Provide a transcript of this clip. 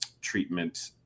treatment